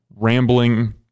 rambling